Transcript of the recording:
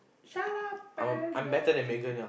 shut up and dance with